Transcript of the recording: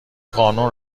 قانون